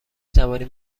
توانیم